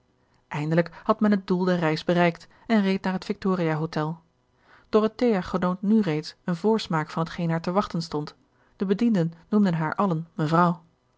eindelijk had men het doel der reis bereikt en reed naar het victoria hotel dorothea genoot nu reeds eene voorsmaak van gerard keller het testament van mevrouw de tonnette hetgeen haar te wachten stond de bedienden noemden haar allen mevrouw